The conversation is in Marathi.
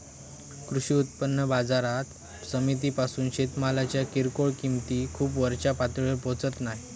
कृषी उत्पन्न बाजार समितीपासून शेतमालाच्या किरकोळ किंमती खूप वरच्या पातळीवर पोचत नाय